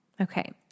Okay